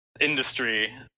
industry